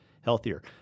healthier